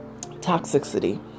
toxicity